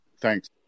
thanks